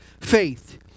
faith